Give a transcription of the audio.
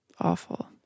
awful